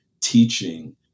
teaching